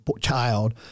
child